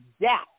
death